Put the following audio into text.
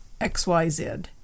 XYZ